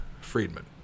Friedman